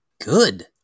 good